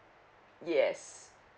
yes